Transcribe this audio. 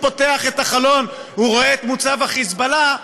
פותח את החלון הוא רואה את מוצב ה"חיזבאללה",